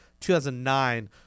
2009